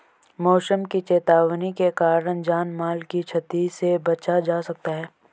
मौसम की चेतावनी के कारण जान माल की छती से बचा जा सकता है